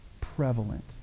prevalent